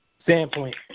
standpoint